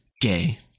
Gay